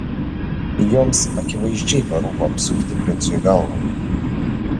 joms akivaizdžiai parūpo apsukti princui galvą